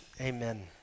amen